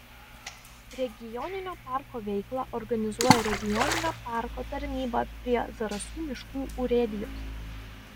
regioninio parko veiklą organizuoja regioninio parko tarnyba prie zarasų miškų urėdijos